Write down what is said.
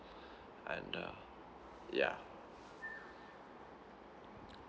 and uh yeah